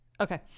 Okay